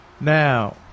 Now